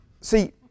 see